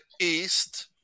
East